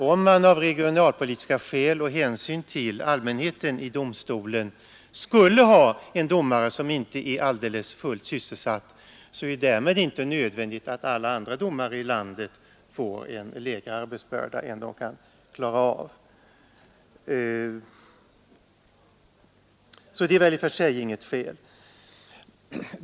Om man av regionalpolitiska skäl och av hänsyn till allmänheten i domstolen skulle ha en domare som inte är fullt sysselsatt, så vore det därmed inte nödvändigt att alla andra domare i landet får en mindre arbetsbörda än de kan klara av.